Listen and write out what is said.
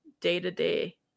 day-to-day